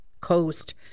coast